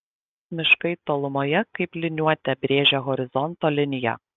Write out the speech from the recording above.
miškai tolumoje kaip liniuote brėžia horizonto liniją